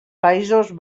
països